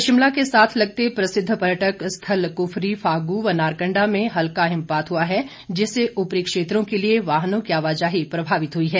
इधर शिमला के साथ लगते प्रसिद्ध पर्यटक स्थल कफरी फागू व नारकंडा में हल्का हिमपात हुआ है जिससे ऊपरी क्षेत्रों के लिए वाहनों की आवाजाही प्रभावित हुई है